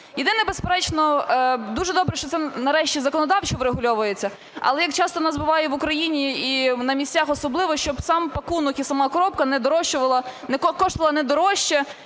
Єдине, безперечно, дуже добре, що це нарешті законодавчо врегульовується, але як часто у нас буває в Україні і на місяцях особливо, щоб сам пакунок і сама коробка коштувала недорожче,